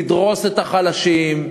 לדרוס את החלשים.